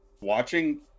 watching